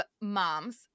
moms